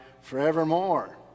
forevermore